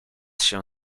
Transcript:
się